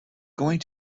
going